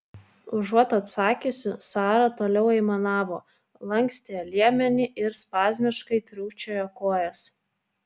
užuot atsakiusi sara toliau aimanavo lankstė liemenį ir spazmiškai trūkčiojo kojas